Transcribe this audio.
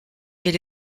est